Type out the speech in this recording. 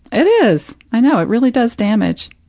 it is! i know, it really does damage,